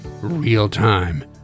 real-time